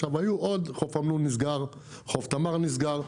עכשיו, היו עוד: חוף אמנון נסגר, חוף תמר נסגר.